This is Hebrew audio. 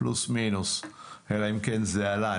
פלוס מינוס, אלא אם כן זה עלה.